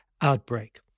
outbreak